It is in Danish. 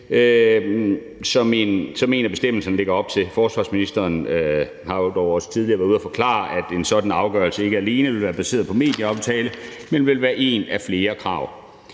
som en af bestemmelserne lægger op til. Forsvarsministeren har dog også tidligere været ude at forklare, at en sådan afgørelse ikke alene vil være baseret på medieomtale, men skal opfylde et af flere krav.